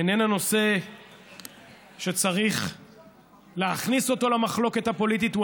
איננה נושא שצריך להכניס אותו למחלוקת הפוליטית.